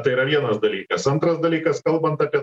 tai yra vienas dalykas antras dalykas kalbant apie